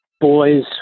boys